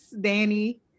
danny